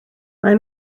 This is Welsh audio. mae